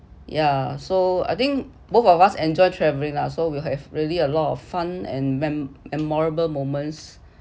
ya so I think both of us enjoy traveling lah so we have really a lot of fun and me~ memorable moments